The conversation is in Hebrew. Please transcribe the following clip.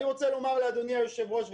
אני רוצה לומר לאדוני היושב-ראש,